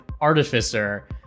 artificer